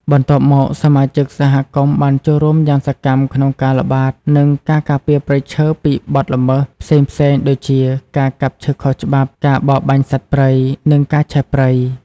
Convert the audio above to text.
បន្ទាប់មក សមាជិកសហគមន៍បានចូលរួមយ៉ាងសកម្មក្នុងការល្បាត និងការការពារព្រៃឈើពីបទល្មើសផ្សេងៗដូចជាការកាប់ឈើខុសច្បាប់ ការបរបាញ់សត្វព្រៃ និងការឆេះព្រៃ។